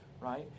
right